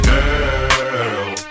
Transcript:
Girl